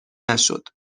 نشد